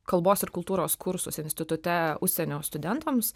kalbos ir kultūros kursus institute užsienio studentams